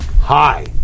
Hi